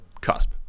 cusp